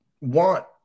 want